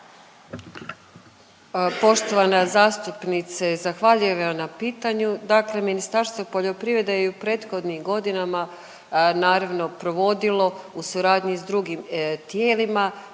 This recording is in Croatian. Poštovana zastupnice zahvaljujem vam na pitanju. Dakle, Ministarstvo poljoprivrede je i u prethodnim godinama naravno provodilo u suradnji s drugim tijelima